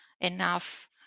enough